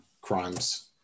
crimes